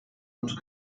und